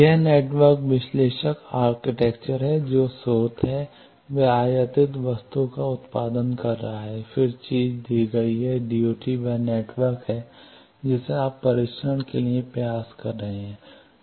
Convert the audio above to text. यह नेटवर्क विश्लेषक आर्किटेक्चर है जो स्रोत है वह आयातित वस्तु का उत्पादन कर रहा है फिर चीज दी गई है DUT वह नेटवर्क है जिसे आप परीक्षण करने का प्रयास कर रहे हैं